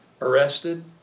arrested